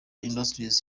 industries